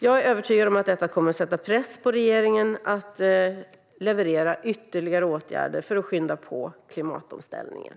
Jag är övertygad om att detta kommer att sätta press på regeringen att leverera ytterligare åtgärder för att skynda på klimatomställningen.